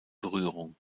berührung